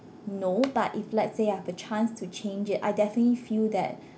no but if let's say I've the chance to change it I definitely feel that